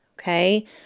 Okay